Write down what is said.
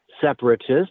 separatists